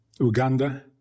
Uganda